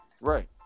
Right